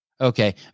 Okay